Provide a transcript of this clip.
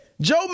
Joe